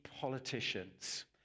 politicians